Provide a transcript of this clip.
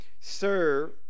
Sir